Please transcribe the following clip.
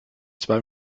zwei